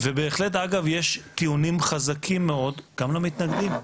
ובהחלט יש טיעונים חזקים מאוד גם למתנגדים,